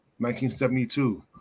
1972